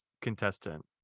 contestant